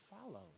follow